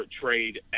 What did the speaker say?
trade